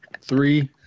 Three